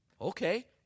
Okay